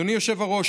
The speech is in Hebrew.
אדוני היושב-ראש,